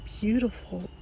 beautiful